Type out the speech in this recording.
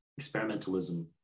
experimentalism